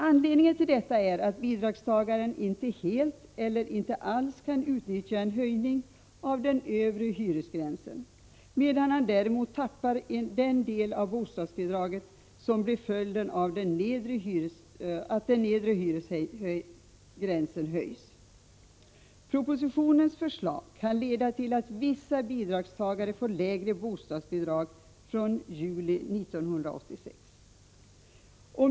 Anledningen till detta är att bidragstagaren inte helt eller inte alls kan utnyttja en höjning av den övre hyresgränsen, medan han däremot tappar den del av bostadsbidraget som blir följden av att den nedre hyresgränsen höjs. Propositionens förslag kan leda till att vissa bidragstagare får lägre bostadsbidrag från den 1 juli 1986.